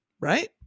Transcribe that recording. right